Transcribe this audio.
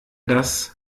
das